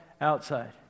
outside